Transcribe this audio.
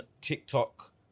TikTok